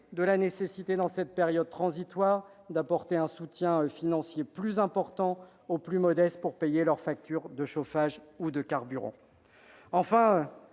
de la nécessité, dans cette période transitoire, d'apporter un soutien financier aux plus modestes pour payer leurs factures de chauffage ou de carburant. Enfin,